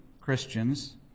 Christians